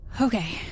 okay